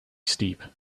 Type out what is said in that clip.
steep